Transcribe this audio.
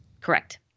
Correct